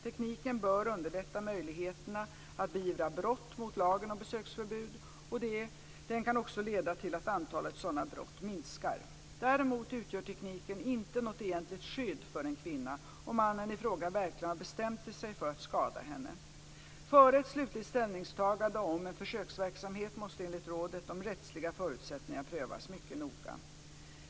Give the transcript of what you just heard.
Tekniken bör underlätta möjligheterna att beivra brott mot lagen om besöksförbud och den kan också leda till att antalet sådana brott minskar. Däremot utgör tekniken inte något egentligt skydd för en kvinna om mannen i fråga verkligen har bestämt sig för att skada henne. Före ett slutligt ställningstagande om en försöksverksamhet måste enligt rådet de rättsliga förutsättningarna prövas mycket noga.